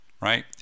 right